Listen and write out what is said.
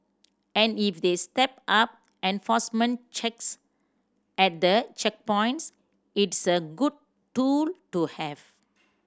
and if they step up enforcement checks at the checkpoints it's a good tool to have